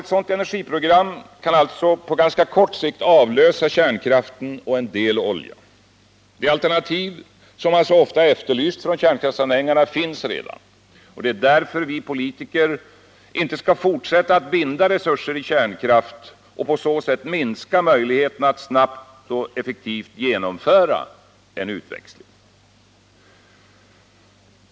Ett sådant energiprogram kan alltså på ganska kort sikt avlösa kärnkraften och en del olja. Det alternativ som man så ofta efterlyst från kärnkraftanhängarna finns redan. Därför skall vi politiker inte fortsätta att binda resurser i kärnkraft och därmed minska möjligheterna att snabbt och effektivt genomföra en utväxling.